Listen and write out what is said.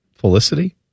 felicity